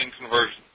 conversion